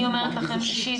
אני אומרת לכם אישית,